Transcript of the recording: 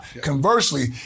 Conversely